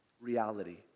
reality